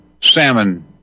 salmon